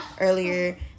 earlier